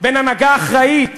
בין הנהגה אחראית,